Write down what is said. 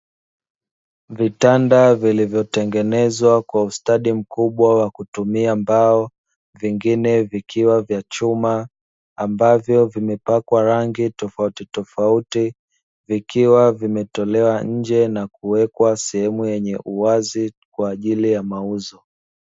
Vitanda vilivyotengenezwa kwa ustadi mkubwa wa kutumia mbao, vingine vikiwa vya chuma ambavyo vimepakwa rangi tofautitofauti, vikiwa vimetolewa nje na kuwekwa sehemu yenye uwazi kwa ajili ya mauzo.